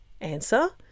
Answer